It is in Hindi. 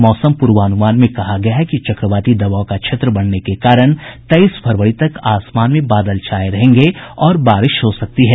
मौसम पूर्वानुमान में कहा गया है कि चक्रवाती दबाव का क्षेत्र बनने के कारण तेईस फरवरी तक आसमान में बादल छाये रहेंगे और बारिश हो सकती है